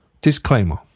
Disclaimer